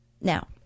Now